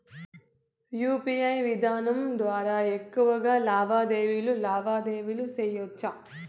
UPI విధానం ద్వారా ఎక్కువగా లావాదేవీలు లావాదేవీలు సేయొచ్చా?